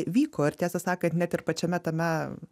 vyko ir tiesą sakant net ir pačiame tame